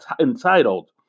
entitled